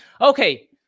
Okay